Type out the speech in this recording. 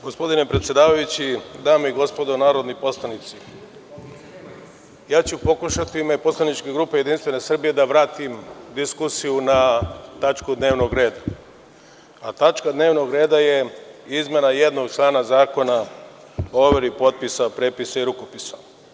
Gospodine predsedavajući, dame i gospodo narodni poslanici, pokušaću u ime poslaničke grupe JS da vratim diskusiju na tačku dnevnog reda, a tačka dnevnog reda je izmena jednog člana Zakona o overi potpisa, prepisa i rukopisa.